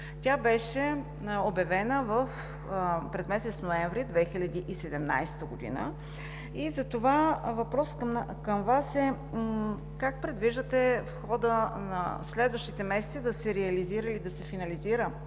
Тя беше обявена през месец ноември 2017 г. Въпросът към Вас е: как предвиждате в хода на следващите месеци да се реализира или да се финализира